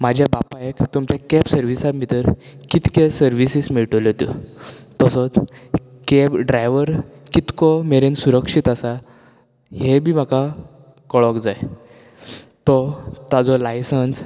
म्हाज्या बापायक तुमच्या कॅब सर्विसान भितर कितके सर्विसीस मेळटल्यो त्यो तसोच कॅब ड्रायव्हर कितको मेरेन सुरक्षीत आसा हें बी म्हाका कळोंक जाय तो ताजो लायसन्स